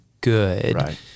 good